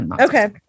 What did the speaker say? okay